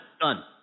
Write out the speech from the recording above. Done